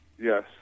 Yes